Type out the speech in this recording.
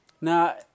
Now